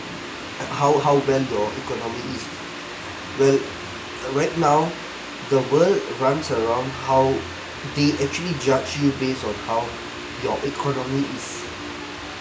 how how well your economy is where right now the world runs around how they actually judge you based on how your economy is